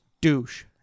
douche